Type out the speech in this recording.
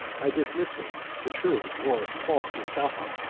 by dismissing the true or false mustapha,